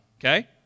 okay